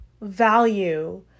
value